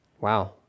Wow